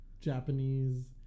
Japanese